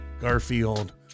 Garfield